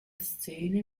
szene